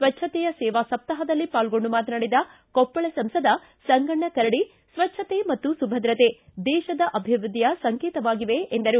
ಸ್ವಚ್ಚಕೆಯ ಸೇವಾ ಸಪ್ತಾಪದಲ್ಲಿ ಪಾಲ್ಗೊಂಡು ಮಾತನಾಡಿದ ಕೊಪ್ಪಳ ಸಂಸದ ಸಂಗಣ್ಣ ಕರಡಿ ಸ್ವಜ್ವತೆ ಮತ್ತು ಸುಭದ್ರತೆ ದೇಶದ ಅಭಿವೃದ್ದಿಯ ಸಂಕೇತವಾಗಿವೆ ಎಂದರು